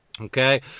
Okay